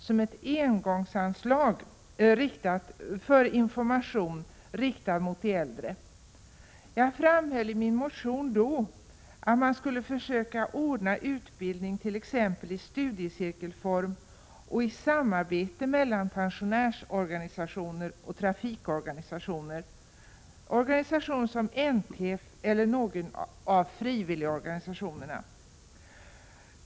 som ett engångsanslag för information riktad mot de äldre. Jag framhöll i min motion då, att man skulle försöka ordna utbildning i t.ex. studiecirkelform och i samarbete mellan pensionärsorganisationer och trafikorganisationer, som NTF eller någon av frivilligorganisationerna.